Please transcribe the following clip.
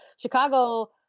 Chicago